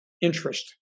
interest